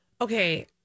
Okay